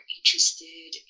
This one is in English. interested